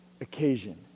occasion